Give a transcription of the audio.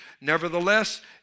Nevertheless